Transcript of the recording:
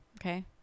Okay